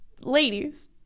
ladies